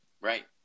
Right